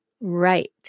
right